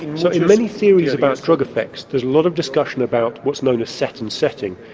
so in many theories about drug effects, there's a lot of discussion about what's known as set and setting,